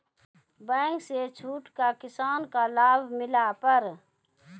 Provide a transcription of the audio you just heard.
Bank से छूट का किसान का लाभ मिला पर?